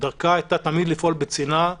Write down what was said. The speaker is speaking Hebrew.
דרכה הייתה תמיד לפעול בצנעה